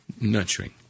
nurturing